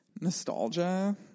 Nostalgia